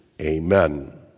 Amen